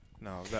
no